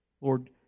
Lord